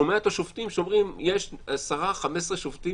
שומע את השופטים שאומרים: יש 10 15 שופטים